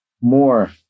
more